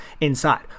inside